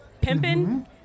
Pimping